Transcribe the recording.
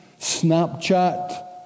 Snapchat